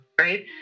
right